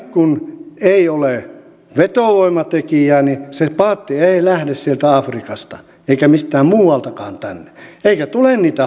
kun ei ole vetovoimatekijää niin se paatti ei lähde sieltä afrikasta eikä mistään muualtakaan tänne eikä tule niitä hukkuneita